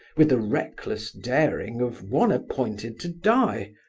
with the reckless daring of one appointed to die,